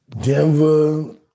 Denver